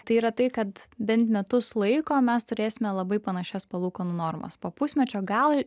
tai yra tai kad bent metus laiko mes turėsime labai panašias palūkanų normas po pusmečio gal